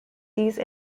these